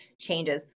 changes